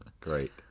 Great